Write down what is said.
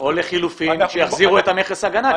או לחילופין שיחזירו את מכס ההגנה.